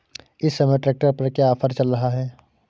इस समय ट्रैक्टर पर क्या ऑफर चल रहा है?